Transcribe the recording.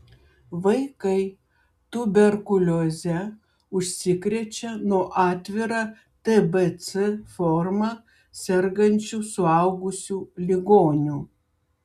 vaikai tuberkulioze užsikrečia nuo atvira tbc forma sergančių suaugusių ligonių